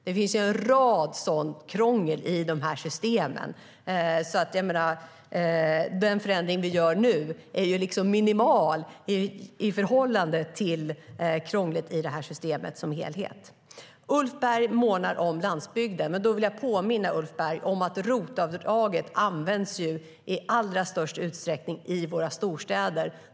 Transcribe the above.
Det finns en rad sådana krångliga bestämmelser i de här systemen. Den förändring vi gör nu är alltså minimal i förhållande till krånglet i systemet som helhet. Ulf Berg månar om landsbygden. Jag vill påminna Ulf Berg om att ROT-avdraget i allra störst utsträckning används i våra storstäder.